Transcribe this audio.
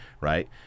Right